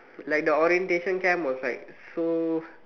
like the orientation camp was like so